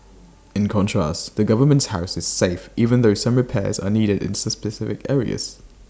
in contrast the government's house is safe even though some repairs are needed in specific areas